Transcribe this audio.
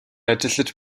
ажиллаж